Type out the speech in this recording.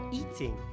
eating